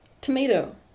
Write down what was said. tomato